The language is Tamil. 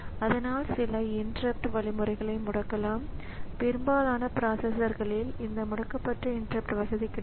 மைக்ரோ ப்ராஸஸரை ரீஸெட் அல்லது ஸ்விட்ச் ஆன் செய்தால் அதன் ப்ரோக்ராம் கவுண்டருக்கு இந்த மதிப்பு கிடைக்கும்